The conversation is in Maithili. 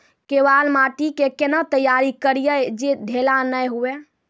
केवाल माटी के कैना तैयारी करिए जे ढेला नैय हुए?